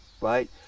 right